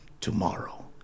tomorrow